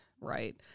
Right